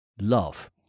love